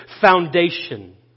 foundation